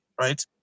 right